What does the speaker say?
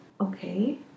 okay